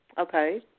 Okay